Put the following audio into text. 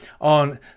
on